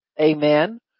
amen